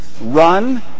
run